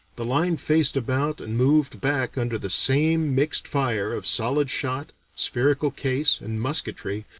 the line faced about and moved back under the same mixed fire of solid shot, spherical case, and musketry,